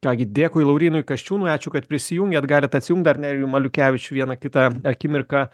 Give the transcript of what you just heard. ką gi dėkui laurynui kasčiūnui ačiū kad prisijungėt galit atsijungt dar nerijų maliukevičių vieną kitą akimirką